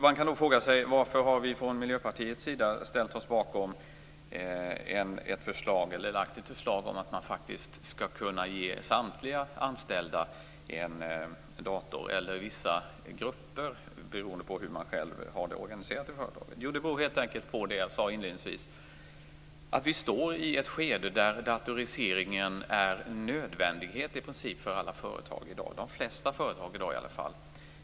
Man kan då fråga sig varför vi från Miljöpartiets sida har lagt fram ett förslag om att man faktiskt skall kunna ge samtliga anställda eller vissa grupper en dator. Det beror på hur man själv har sitt företag organiserat. Skälet är helt enkelt det jag sade inledningsvis, att vi är i ett skede där datoriseringen i princip är en nödvändighet för de flesta företagen.